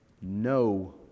no